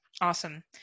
Awesome